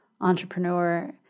Entrepreneur